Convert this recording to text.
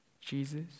Jesus